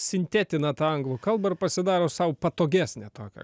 sintetina ta anglų kalbą ir pasidaro sau patogesnę tokią